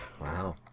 Wow